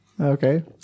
Okay